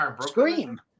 Scream